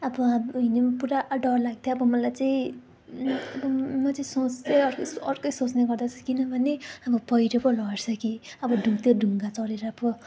अब हामी हिँड्यौँ पुरा डर लागेको थियो अब मलाई चाहिँ म चाहिँ सोच्थेँ अर्कै अर्कै सोच्ने गर्दथेँ किनभने अब पैह्रो पो लड्छ कि अब ढु त्यो ढुङ्गा चढेर पो